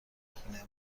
خونه